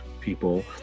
people